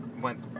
went